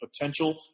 potential